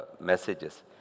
messages